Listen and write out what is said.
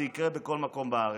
זה יקרה בכל מקום בארץ.